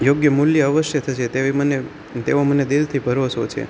યોગ્ય મૂલ્ય અવશ્ય થશે તેવી મને તેવો મને દિલથી ભરોસો છે